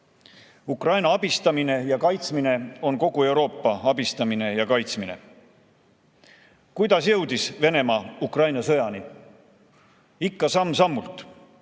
Ukraina abistamine ja kaitsmine on kogu Euroopa abistamine ja kaitsmine. Kuidas jõudis Venemaa Ukraina sõjani? Ikka samm-sammult,